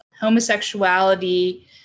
Homosexuality